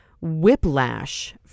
Whiplash